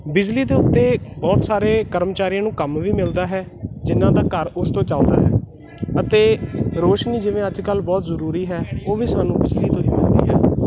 ਬਿਜਲੀ ਦੇ ਉੱਤੇ ਬਹੁਤ ਸਾਰੇ ਕਰਮਚਾਰੀਆਂ ਨੂੰ ਕੰਮ ਵੀ ਮਿਲਦਾ ਹੈ ਜਿਹਨਾਂ ਦਾ ਘਰ ਉਸ ਤੋਂ ਚੱਲਦਾ ਹੈ ਅਤੇ ਰੋਸ਼ਨੀ ਜਿਵੇਂ ਅੱਜ ਕੱਲ੍ਹ ਬਹੁਤ ਜ਼ਰੂਰੀ ਹੈ ਉਹ ਵੀ ਸਾਨੂੰ ਬਿਜਲੀ ਤੋਂ ਹੀ ਮਿਲਦੀ ਹੈ